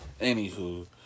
Anywho